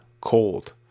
cold